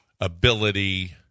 ability